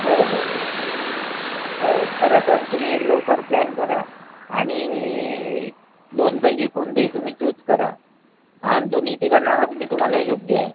हो हो हो हो करा सर तुम्ही लवकर प्लॅन करा आणि दोनपैकी कोणतेही तुम्ही चूज करा दोन्ही ठिकाणं अगदी तुम्हाला योग्य आहे